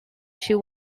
she